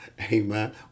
Amen